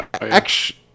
Action